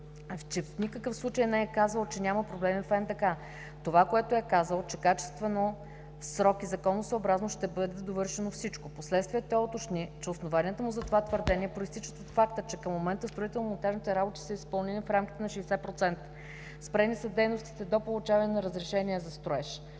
в никакъв случай не е казвал, че няма проблеми в НДК. Това, което е казал, е, че качествено в срок и законосъобразно ще бъде свършено всичко. Впоследствие той уточни, че основанията му за това твърдение произтичат от факта, че към момента строително-монтажните работи са изпълнени в рамките на 60%. Спрени са дейностите до получаване на разрешително за строеж.